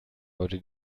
heute